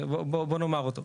בוא נאמר אותו.